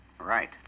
Right